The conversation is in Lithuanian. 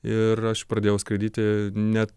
ir aš pradėjau skaityti net